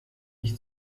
ich